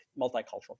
multicultural